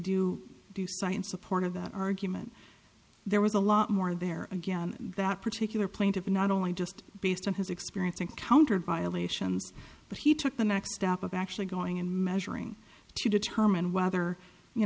do do science support of that argument there was a lot more there again that particular plaintive not only just based on his experience in counter violations but he took the next step of actually going and measuring to determine whether you